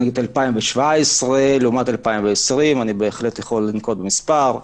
ב-2017 לעומת 2020, אני בהחלט יכול לנקוט מספר.